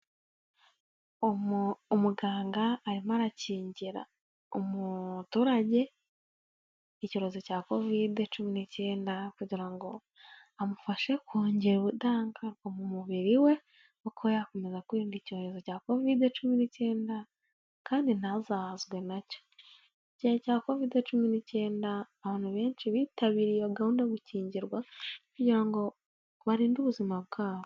Umuganga arimo arakingira umuturage icyorezo cya Kovide cumi n'icyenda kugira ngo amufashe kongera ubudahangarwa mu mubiri we, kuko yakomeza kwirinda icyorezo cya Kovide cumi n'icyenda kandi ntazahazwe nacyo, icyorezo cya Kovide cumi n'icyenda abantu benshi bitabiriye iyo gahunda yo gukingirwa kugira ngo barinde ubuzima bwabo.